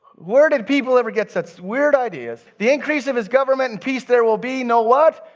where did people ever get such weird ideas. the increase of his government and peace, there will be no, what?